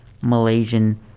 Malaysian